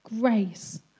grace